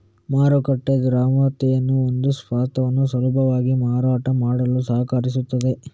ಮಾರುಕಟ್ಟೆ ದ್ರವ್ಯತೆಯು ಒಂದು ಸ್ವತ್ತನ್ನು ಸುಲಭವಾಗಿ ಮಾರಾಟ ಮಾಡಲು ಸಹಕರಿಸುತ್ತದೆ